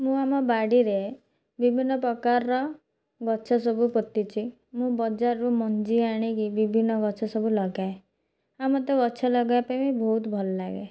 ମୁଁ ଆମ ବାଡ଼ିରେ ବିଭିନ୍ନ ପ୍ରକାର ଗଛ ସବୁ ପୋତିଛି ମୁଁ ବଜାରରୁ ମଞ୍ଜି ଆଣିକି ବିଭିନ୍ନ ଗଛ ସବୁ ଲଗାଏ ଆଉ ମୋତେ ଗଛ ଲଗେଇବା ପାଇଁ ବି ବହୁତ ଭଲଲାଗେ